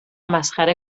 مسخره